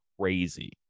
crazy